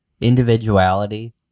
individuality